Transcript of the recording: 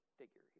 figure